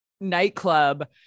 nightclub